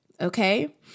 okay